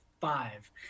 five